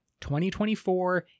2024